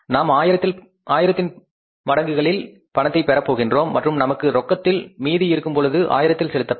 நாம் ஆயிரத்தின் மடங்குகளில் பணத்தை பெறப் போகின்றோம் மற்றும் நமக்கு ரொக்கத்தில் மீதி இருக்கும் பொழுது ஆயிரத்தில் செலுத்தப்படும்